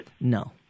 No